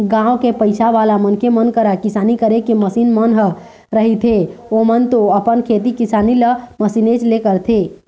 गाँव के पइसावाला मनखे मन करा किसानी करे के मसीन मन ह रहिथेए ओमन तो अपन खेती किसानी ल मशीनेच ले करथे